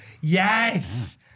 yes